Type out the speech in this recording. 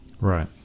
Right